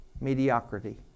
Mediocrity